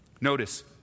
Notice